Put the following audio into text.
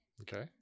Okay